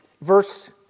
verse